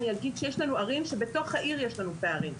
אני אגיד שיש לנו ערים שבתוך העיר יש לנו פערים.